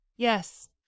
Yes